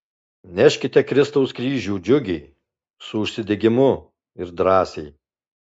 neškite kristaus kryžių džiugiai su užsidegimu ir drąsiai